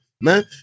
Man